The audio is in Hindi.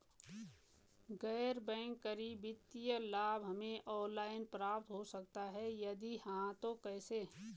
गैर बैंक करी वित्तीय लाभ हमें ऑनलाइन प्राप्त हो सकता है यदि हाँ तो कैसे?